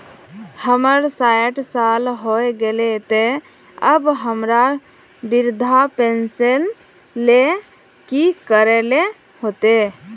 हमर सायट साल होय गले ते अब हमरा वृद्धा पेंशन ले की करे ले होते?